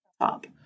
top